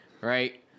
Right